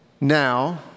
now